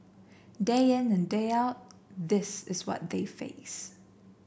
day in and day out this is what they face